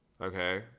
okay